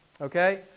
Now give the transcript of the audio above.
Okay